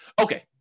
Okay